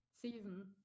season